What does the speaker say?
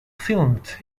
filmed